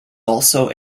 also